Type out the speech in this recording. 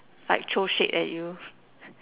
like throw shit at you